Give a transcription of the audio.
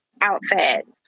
outfit